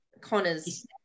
Connor's